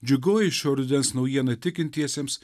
džiugioji šio rudens naujiena tikintiesiems